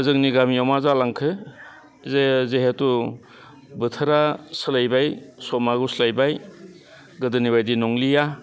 जोंनि गामियाव मा जालांखो जे जिहेथु बोथोरा सोलायबाय समा गुस्लायबाय गोदोनि बायदि नंलिया